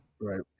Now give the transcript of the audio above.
Right